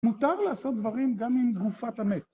‫מותר לעשות דברים ‫גם עם גופת המת.